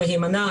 מהימנה,